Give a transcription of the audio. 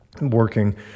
working